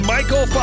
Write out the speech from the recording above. Michael